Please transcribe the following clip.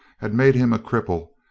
had made him a cripple,